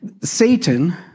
Satan